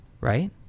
Right